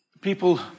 people